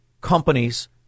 companies